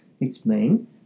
Explain